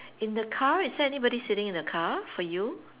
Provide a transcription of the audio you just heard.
in the car is there anybody sitting in the car for you